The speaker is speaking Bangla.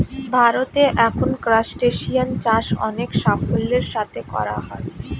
ভারতে এখন ক্রাসটেসিয়ান চাষ অনেক সাফল্যের সাথে করা হয়